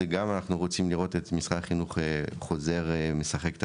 אנחנו רוצים לראות את משרד החינוך חוזר ומשחק את